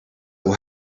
will